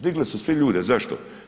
Digli su svi ljude, zašto?